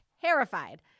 terrified